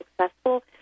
successful